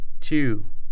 two